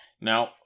Now